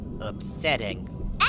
Upsetting